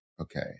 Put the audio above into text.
okay